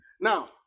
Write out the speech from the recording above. Now